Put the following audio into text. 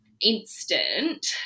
instant